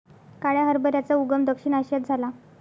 काळ्या हरभऱ्याचा उगम दक्षिण आशियात झाला